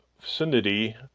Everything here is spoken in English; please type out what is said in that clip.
vicinity